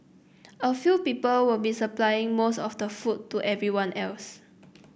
a few people will be supplying most of the food to everyone else